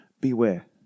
beware